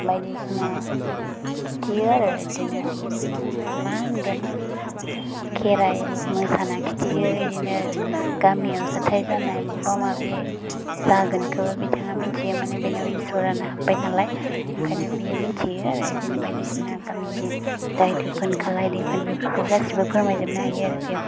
बायदिसिना खिथियो आरो बिदिनो मा होनगोन खेराइ मोसाना खिथियो बिदिनो गामियाव जाथाय जानाय माबा माबि जागोनखौ बिथाङा मिथियो माने बिनाव इस्वरानो हाब्बाय नालाय ओंखायनो बियो मिनथियो आरो बिदिनो बायदिसिना गामिनि दाय दोफोन खालाय दैफोन बेफोरखौ गासैबो फोरमायजोबनो हायो आरो बियो